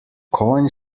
konj